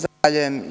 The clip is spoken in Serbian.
Zahvaljujem.